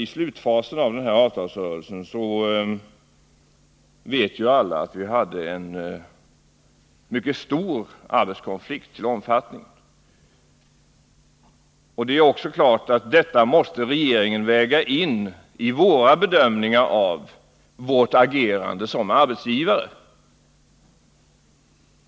I slutfasen av avtalsrörelsen hade vi som alla vet en till omfattningen mycket stor arbetskonflikt, och självfallet måste vi inom regeringen väga in detta i våra bedömningar av hur vi skulle agera som arbetsgivare.